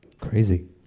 Crazy